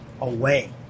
away